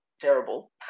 terrible